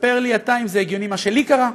תספר לי אתה אם זה הגיוני מה שלי קרה.